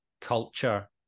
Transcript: culture